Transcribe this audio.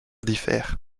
diffèrent